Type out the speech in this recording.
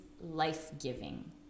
life-giving